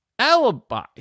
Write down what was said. alibi